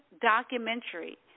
documentary